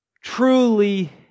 truly